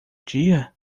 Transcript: dia